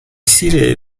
сирией